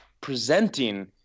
presenting